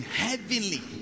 heavenly